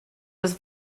was